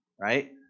Right